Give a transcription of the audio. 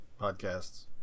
Podcasts